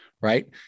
right